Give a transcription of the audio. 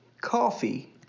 coffee